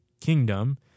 kingdom